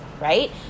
right